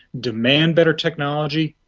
demand better technology,